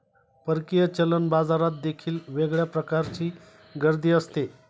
परकीय चलन बाजारात देखील वेगळ्या प्रकारची गर्दी असते